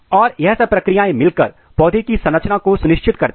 और यह सब प्रक्रियाएं मिलकर पौधे की संरचना को सुनिश्चित करते हैं